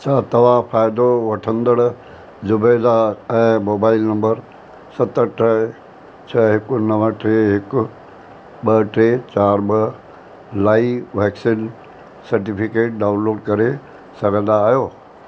छा तव्हां फ़ाइदो वठंदड़ ज़ुबैदा ऐं मोबाइल नंबर सत टे छह हिकु नव टे हिकु ॿ टे चारि ॿ लाइ वैक्सीन सर्टिफिकेट डाउनलोड करे सघंदा आहियो